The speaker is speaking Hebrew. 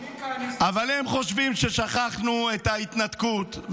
אבל הם חושבים ששכחנו את ההתנתקות,